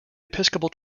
episcopal